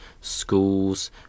schools